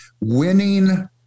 Winning